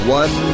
one